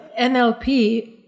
NLP